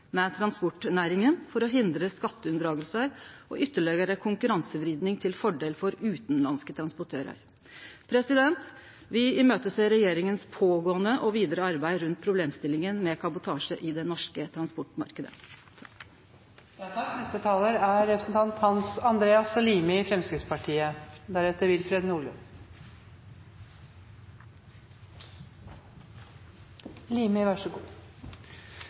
med transportnæringa for å hindre skatteunndragingar og ytterlegare konkurransevriding til fordel for utanlandske transportørar. Me ser fram til regjeringa sitt vidare arbeid rundt problemstillinga med kabotasje i den norske